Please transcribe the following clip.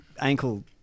Ankle